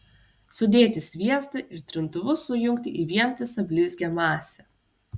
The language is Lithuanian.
sudėti sviestą ir trintuvu sujungti į vientisą blizgią masę